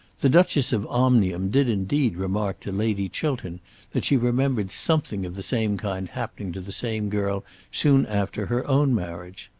the duchess of omnium did indeed remark to lady chiltern that she remembered something of the same kind happening to the same girl soon after her own marriage.